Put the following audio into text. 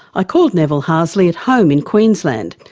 i called neville harsley at home in queensland.